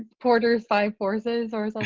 porter's five forces or like